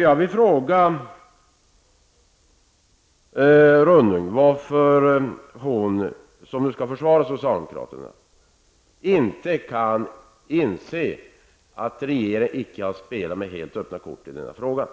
Jag vill fråga Catarina Rönnung varför hon, som nu skall försvara socialdemokraterna, inte kan inse att regeringen icke har spelat med helt öppna kort i denna fråga.